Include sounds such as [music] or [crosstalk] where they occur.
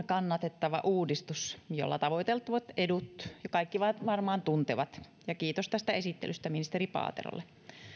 [unintelligible] kannatettava uudistus jolla tavoiteltavat edut kaikki jo varmaan tuntevat kiitos tästä esittelystä ministeri paaterolle